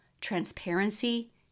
transparency